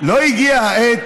לא הגיעה העת,